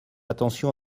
attention